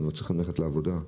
הם צריכים ללכת לעבודה.